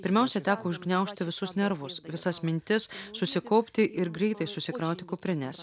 pirmiausia teko užgniaužti visus nervus visas mintis susikaupti ir greitai susikrauti kuprines